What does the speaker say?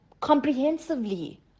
comprehensively